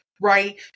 Right